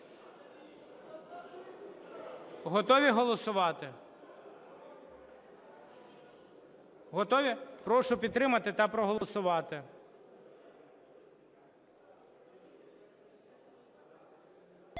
Готові голосувати? Готові? Прошу підтримати та проголосувати.